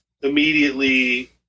immediately